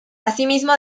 asimismo